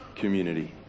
community